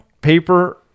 Paper